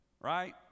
Right